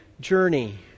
journey